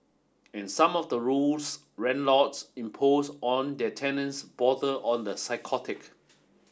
and some of the rules landlords impose on their tenants border on the psychotic